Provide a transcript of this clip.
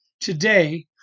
today